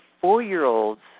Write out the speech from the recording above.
four-year-olds